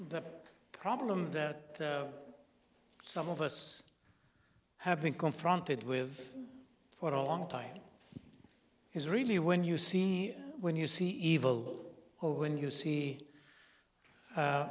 the problem that some of us have been confronted with for a long time is really when you see when you see evil when you see